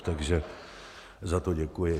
Takže za to děkuji.